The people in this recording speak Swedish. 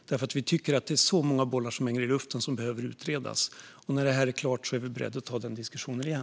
Det är så mycket som hänger i luften och behöver utredas. När det är klart är vi beredda att ta denna diskussion igen.